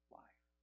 life